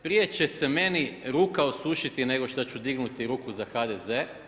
Prije će se meni ruka osušiti nego što ću dignuti ruku za HDZ.